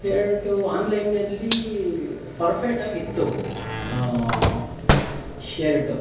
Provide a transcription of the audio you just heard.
shirt ಆನ್ಲೈನ್ನಲ್ಲಿ perfect ಆಗಿ ಇತ್ತು ಶರ್ಟು